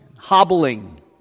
hobbling